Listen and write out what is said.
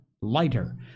lighter